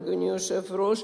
אדוני היושב-ראש,